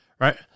right